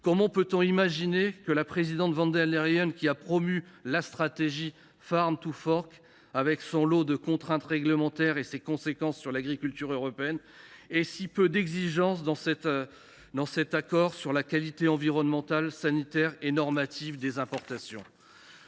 Comment peut on imaginer que la présidente von der Leyen, qui a promu la stratégie, avec son lot de contraintes réglementaires et ses conséquences sur l’agriculture européenne, ait si peu d’exigences dans cet accord sur la qualité environnementale, sanitaire et normative des importations ?